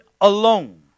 alone